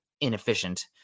inefficient